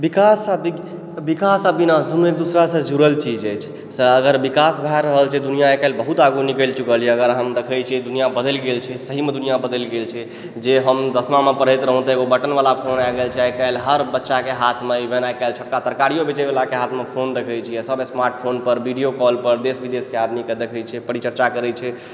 विकास आओर वि विकास आओर विनाश दुनू एक दोसरासँ जुड़ल चीज अछि अगर विकास भए रहल छै दुनिआँ आइकाल्हि बहुत आगू निकलि चुकल अइ हम देखै छियै जे दुनिआँ बदलि गेल छै सहिमे दुनिआँ बदलि गेल छै जे हम दसमामे पढ़ैत रहौं तऽ एकगो बटनवला फोन आबिगेल छल आइकाल्हि हर बच्चाके हाथमे इवेन आइकाल्हि छोटका तरकारियो बेचयवलाके हाथमे फोन देखै छियै सब स्मार्टफोनपर वीडियोकॉलपर देश विदेशके आदमीके देखै छै परिचर्चा करै छै